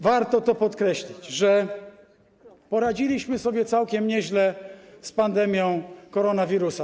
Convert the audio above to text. Warto to podkreślić, że poradziliśmy sobie całkiem nieźle z pandemią koronawirusa.